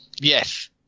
Yes